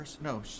No